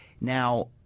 Now